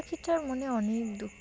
পাখিটার মনে অনেক দুঃখ